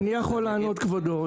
אני יכול לענות כבודו.